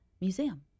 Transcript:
Museum